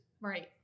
Right